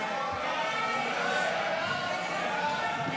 ההצעה להעביר את הצעת חוק